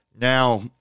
Now